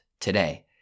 today